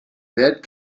dead